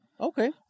Okay